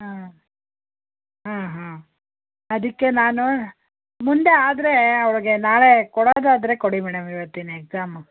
ಹಾಂ ಹಾಂ ಹಾಂ ಅದಕ್ಕೆ ನಾನು ಮುಂದೆ ಆದರೆ ಅವ್ಳಿಗೆ ನಾಳೆ ಕೊಡೋದಾದರೆ ಕೊಡಿ ಮೇಡಮ್ ಇವತ್ತಿನ ಎಕ್ಸಾಮು